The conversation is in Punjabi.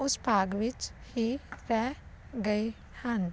ਉਸ ਭਾਗ ਵਿੱਚ ਹੀ ਰਹਿ ਗਏ ਹਨ